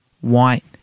white